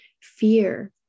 fear